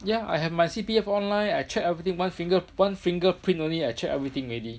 yeah I have my C_P_F online I check everything one finger one finger print only I check everything already